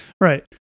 Right